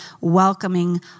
welcoming